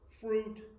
fruit